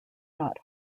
not